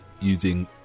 using